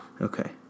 Okay